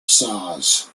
saws